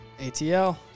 ATL